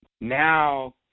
now